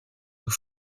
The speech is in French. aux